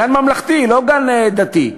גן ממלכתי, לא גן דתי,